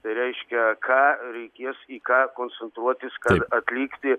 tai reiškia ką reikės į ką koncentruotis ar atlikti